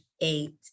eight